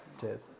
Cheers